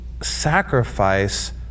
sacrifice